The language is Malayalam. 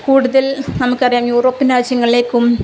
കൂടുതൽ നമുക്കറിയാം യൂറോപ്പ്യൻ രാജ്യങ്ങളിലേക്കും